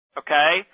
okay